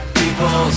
people